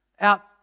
out